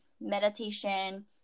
meditation